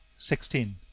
sixteen.